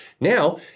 now